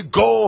go